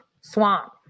swamp